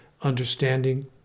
understanding